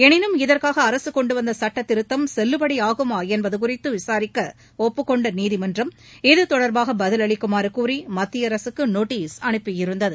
எனினும் இதற்காக அரசு கொண்டுவந்த சுட்டத்திருத்தம் செல்லுபடியாகுமா என்பது குறித்து விசாரிக்க ஒப்புக்கொண்ட நீதிமன்றம் இது தொடர்பாக பதிலளிக்குமாறு கூறி மத்திய அரசுக்கு நோட்டீஸ் அனுப்பியிருந்தது